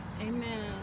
Amen